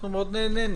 אנחנו מאוד נהנינו.